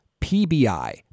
PBI